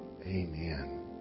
Amen